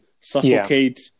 Suffocate